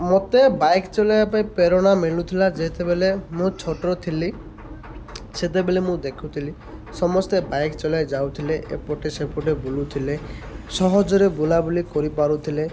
ମୋତେ ବାଇକ୍ ଚଲାଇବା ପାଇଁ ପ୍ରେରଣା ମିଳୁଥିଲା ଯେତେବେଳେ ମୁଁ ଛୋଟ ଥିଲି ସେତେବେଳେ ମୁଁ ଦେଖୁଥିଲି ସମସ୍ତେ ବାଇକ୍ ଚଲାଇ ଯାଉଥିଲେ ଏପଟେ ସେପଟେ ବୁଲୁଥିଲେ ସହଜରେ ବୁଲା ବୁଲି କରିପାରୁଥିଲେ